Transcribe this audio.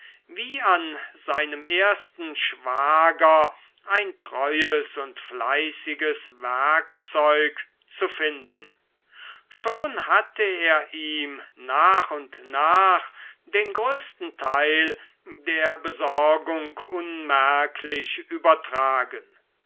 wie an seinem ersten schwager ein treues und fleißiges werkzeug zu finden schon hatte er ihm nach und nach den größten teil der besorgung unmerklich übertragen